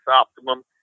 optimum